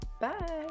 Bye